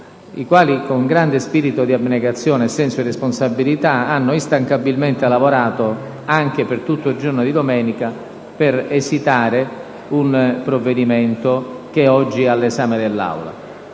i quali con grande spirito di abnegazione e senso di responsabilità hanno instancabilmente lavorato, anche per tutta la giornata di domenica, per esitare il provvedimento che è oggi all'esame dell'Aula).